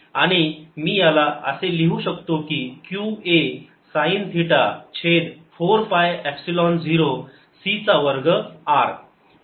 आणि मी याला असे लिहू शकतो की q a साईन थिटा छेद 4 पाय एप्सिलॉन 0 c चा वर्ग r